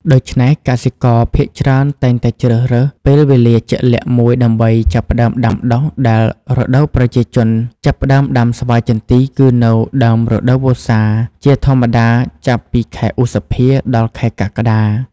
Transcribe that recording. ដូច្នេះហើយ កសិករភាគច្រើនតែងតែជ្រើសរើសពេលវេលាជាក់លាក់មួយដើម្បីចាប់ផ្តើមដាំដុះ ដែលរដូវប្រជាជនចាប់ផ្ដើមដាំស្វាយចន្ទីគឺនៅ ដើមរដូវវស្សា ជាធម្មតាចាប់ពី ខែឧសភា ដល់ខែកក្កដា។។